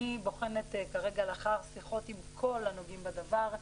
אני בוחנת כרגע לאחר שיחות עם כל הנוגעים בדבר.